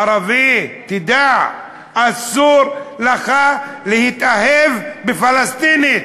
ערבי, תדע, אסור לך להתאהב בפלסטינית,